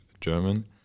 German